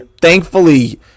thankfully